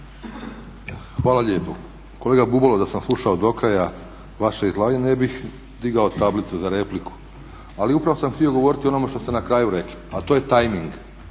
Hvala lijepo. Kolega Bubalo, da sam slušao do kraja vaše izlaganje ne bih digao tablicu za repliku ali upravo sam htio govoriti o onome što ste na kraju rekli, a to je tajming.